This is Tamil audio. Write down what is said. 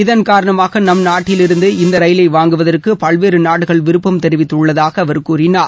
இதன் காரணமாக நம் நாட்டிலிருந்து இந்த ரயிலை வாங்குவதற்கு பல்வேறு நாடுகள் விருப்பம் தெரிவித்துள்ளதாக அவர் கூறினார்